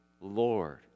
Lord